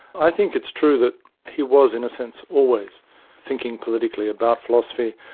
i think it's true that he was in a sense, always thinking politically about philosophy.